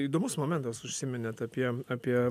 įdomus momentas užsiminėt apie apie